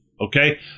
okay